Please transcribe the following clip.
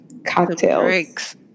cocktails